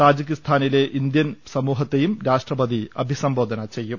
താജിക്കിസ്ഥാനിലെ Indian സമൂഹത്തെയും രാഷ്ട്രപതി അഭിസംബോധന ചെയ്യും